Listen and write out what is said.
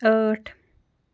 ٲٹھ